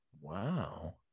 Wow